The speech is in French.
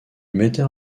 metteur